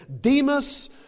Demas